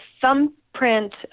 thumbprint